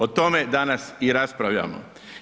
O tome danas i raspravljamo.